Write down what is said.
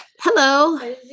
Hello